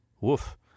Woof